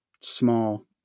small